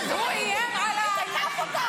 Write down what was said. תשבי בשקט.